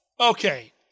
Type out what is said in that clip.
Okay